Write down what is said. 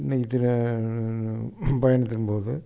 இன்னைக்கு பயணத்தின் போது